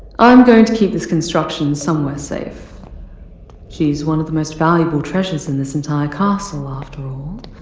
i'm going to keep this construction somewhere safe she's one of the most valuable treasures in this entire castle, after all